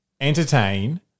entertain –